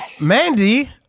Mandy